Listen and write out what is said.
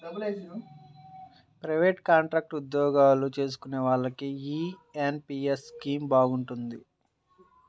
private, contract ఉద్యోగాలు చేసుకునే వాళ్లకి యీ ఎన్.పి.యస్ స్కీమ్ బాగుంటది